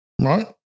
right